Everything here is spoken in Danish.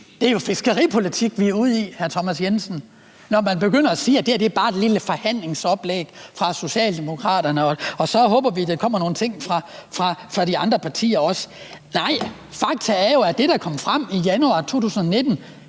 Det er jo fiskeripolitik, vi er ude i, hr. Thomas Jensen, når man begynder at sige, at det her bare er et lille forhandlingsoplæg fra Socialdemokraterne, og at man så håber, at der også kommer nogle ting fra de andre partier. Nej, faktum er jo, at det, der kom frem i januar 2019,